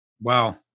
Wow